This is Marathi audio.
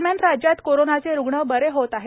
दरम्यान राज्यात करोनाचे रुग्ण बरे होत आहेत